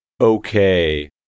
okay